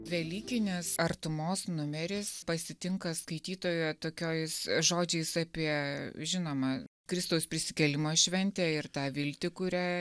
velykinės artumos numeris pasitinka skaitytoją tokiais žodžiais apie žinoma kristaus prisikėlimo šventę ir tą viltį kurią